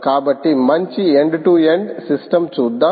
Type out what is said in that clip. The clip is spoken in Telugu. కాబట్టి మంచి ఎండ్ టు ఎండ్ సిస్టమ్ చూద్దాం